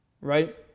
Right